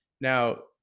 Now